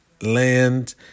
land